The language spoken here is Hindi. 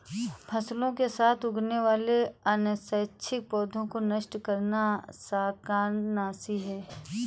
फसलों के साथ उगने वाले अनैच्छिक पौधों को नष्ट करना शाकनाशी है